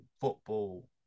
football